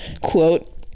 Quote